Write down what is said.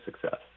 success